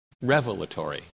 revelatory